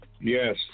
Yes